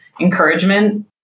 encouragement